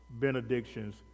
benedictions